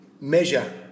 measure